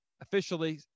officially